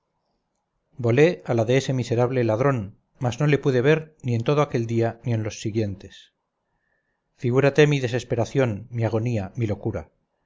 volé a la de ese miserable ladrón mas no le pude ver ni en todo aquel día ni en los siguientes figúrate mi desesperación mi agonía mi locura